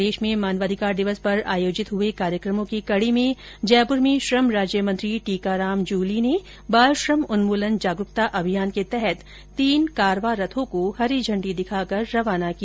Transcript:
प्रदेश में मानवाधिकार दिवस पर आयोजित हुए कार्यक्रमों की कडी में जयप्र में श्रम राज्य मंत्री टीकाराम जूली ने बाल श्रम उन्मूलन जागरूकता अमियान के तहत तीन कारवा रथो को हरी झण्डी दिखाकर रवाना किया